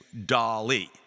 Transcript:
DALI